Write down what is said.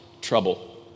trouble